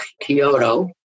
Kyoto